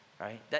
Right